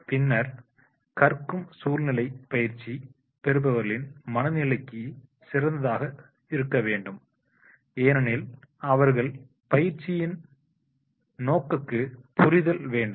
பின்னர் கற்கும் சூழ்நிலை பயிற்சி பெறுபவர்களின் மனநிலைக்கு சிறந்ததாக இருக்க வேண்டும் ஏனெனில் அவர்கள் பயிற்சியின் நோக்கத்தை புரிதல் வேண்டும்